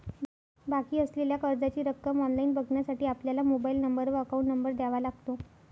बाकी असलेल्या कर्जाची रक्कम ऑनलाइन बघण्यासाठी आपला मोबाइल नंबर व अकाउंट नंबर द्यावा लागतो